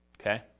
Okay